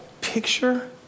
picture